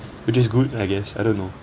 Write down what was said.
which is good I guess I don't know